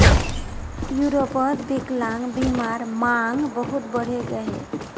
यूरोपोत विक्लान्ग्बीमार मांग बहुत बढ़े गहिये